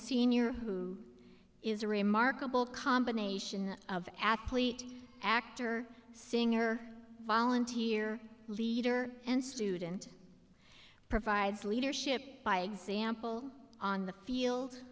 senior who is a remarkable combination of athlete actor singer volunteer leader and student provides leadership by example on the field